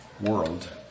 world